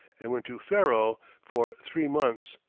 and went to ferro for three months,